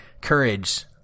courage